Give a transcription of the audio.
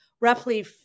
roughly